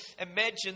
imagine